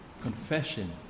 Confession